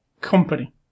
company